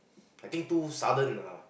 I think too sudden lah